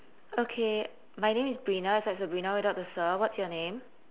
okay my name is brina it's like sabrina without the sa what's your name